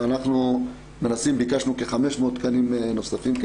ואנחנו ביקשנו כ-500 תקנים נוספים,